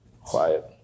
quiet